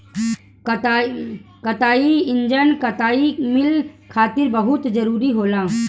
कताई इंजन कताई मिल खातिर बहुत जरूरी होला